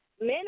Men